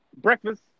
breakfast